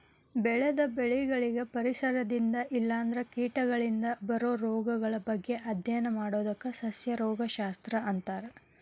ಬೆಳೆದ ಬೆಳಿಗಳಿಗೆ ಪರಿಸರದಿಂದ ಇಲ್ಲಂದ್ರ ಕೇಟಗಳಿಂದ ಬರೋ ರೋಗಗಳ ಬಗ್ಗೆ ಅಧ್ಯಯನ ಮಾಡೋದಕ್ಕ ಸಸ್ಯ ರೋಗ ಶಸ್ತ್ರ ಅಂತಾರ